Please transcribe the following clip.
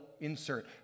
insert